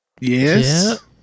Yes